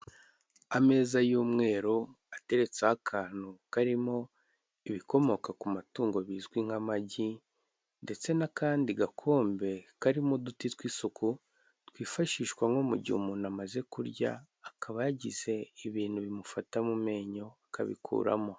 Ameza y'umweru ateretseho akantu karimo ibikomoka ku matungo bizwi nk'amagi ndetse n'akandi gakombe karimo uduti tw'isuku twifashishwa nko mu gihe umuntu amaze kurya akaba yagize ibintu bimufata mu menyo akabikuramo.